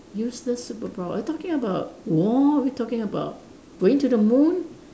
useless superpower are we talking about war are we talking about going to the moon